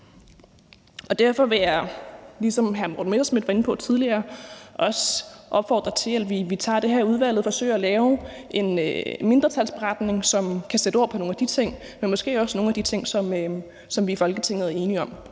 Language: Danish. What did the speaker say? Derfor vil jeg, ligesom hr. Morten Messerschmidt var inde på tidligere, også opfordre til, at vi tager det her i udvalget og forsøger at lave en mindretalsberetning, som kan sætte ord på nogle af de ting, men måske også nogle af de ting, som vi i Folketinget er enige om.